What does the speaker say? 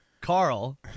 Carl